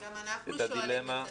גם אנחנו שואלים את זה.